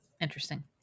interesting